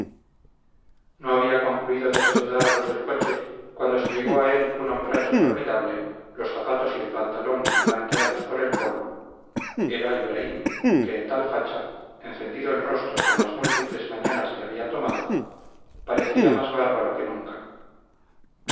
no había concluido de saludar a los del coche cuando se llegó a él un hombracho formidable los zapatos y el pantalón blanqueados por el polvo era ibraim que en tal facha encendido el rostro por las múltiples mañanas que había tomado parecía más bárbaro que nunca